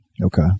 Okay